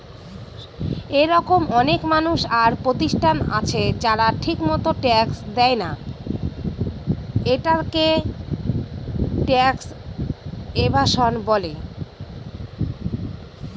এরকম অনেক মানুষ আর প্রতিষ্ঠান আছে যারা ঠিকমত ট্যাক্স দেয়না, এটাকে ট্যাক্স এভাসন বলে